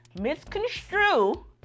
misconstrue